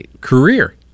career